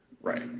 Right